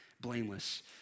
blameless